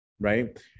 right